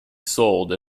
sold